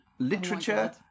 literature